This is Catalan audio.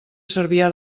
cervià